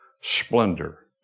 splendor